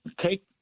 take